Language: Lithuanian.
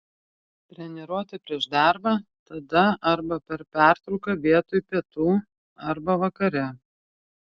treniruotė prieš darbą tada arba per pertrauką vietoj pietų arba vakare